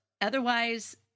Otherwise